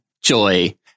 Joy